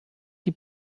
die